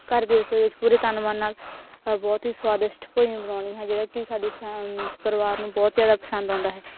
ਘਰ ਦੀ ਰਸੋਈ ਵਿੱਚ ਪੂਰੇ ਤਨ ਮਨ ਨਾਲ ਬਹੁਤ ਹੀ ਸਵਾਦਿਸ਼ਟ ਭੋਜਨ ਬਣਾਉਂਦੀ ਹਾਂ ਜਿਹੜਾ ਕਿ ਸਾਡੀ ਫੈਮ ਪਰਿਵਾਰ ਨੂੰ ਬਹੁਤ ਜ਼ਿਆਦਾ ਪਸੰਦ ਆਉਂਦਾ ਹੈ